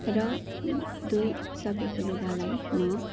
र धुइसकेको लुगालाई म